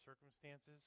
circumstances